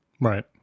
Right